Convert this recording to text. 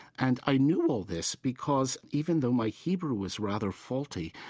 and i knew all this because, even though my hebrew was rather faulty,